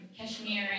Kashmir